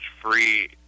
free